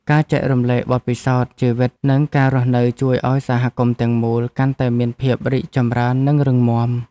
ការចែករំលែកបទពិសោធន៍ជីវិតនិងការរស់នៅជួយឱ្យសហគមន៍ទាំងមូលកាន់តែមានភាពរីកចម្រើននិងរឹងមាំ។